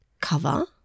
cover